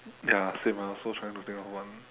ya same I'm also trying to think of one